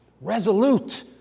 resolute